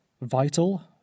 Vital